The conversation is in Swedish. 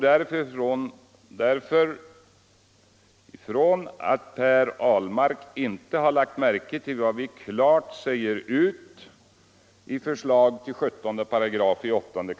Därför utgår jag från att Per Ahlmark inte har lagt märke till vad vi klart säger ut i förslaget till 17 § i 8 kap.